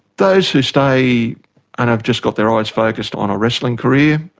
those who stay and have just got their eyes focused on a wrestling career,